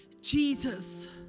Jesus